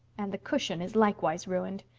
and the cushion is likewise ruined.